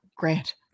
grant